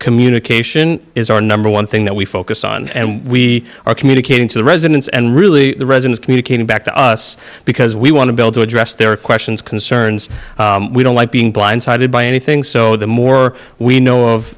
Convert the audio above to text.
communication is our number one thing that we focus on and we are communicating to the residents and really the residents communicating back to us because we want to build to address their questions concerns we don't like being blindsided by anything so the more we know of